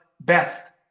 best